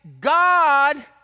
God